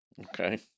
Okay